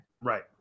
Right